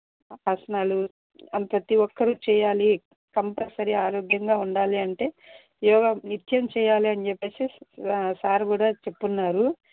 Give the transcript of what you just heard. ఆసనాలు ప్రతి ఒకరు చేయాలి కంపల్సరీ ఆరోగ్యంగా ఉండాలి అంటే యోగ నిత్యం చేయాలి అని చెప్పి సార్ కూడా చెప్పారు